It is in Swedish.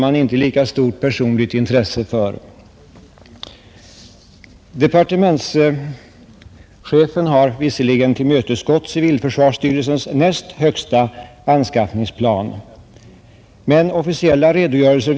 De anslag och den anskaffningstakt som planeras framgår av statsverkspropositionens bilaga 6, Försvarsdepartementet, och i ännu mer för allmänheten tillgänglig form i tidskriften Civilt försvar, nr 7 år 1970, som bl.a. utsänds till alla civilförsvarsinstruktörer.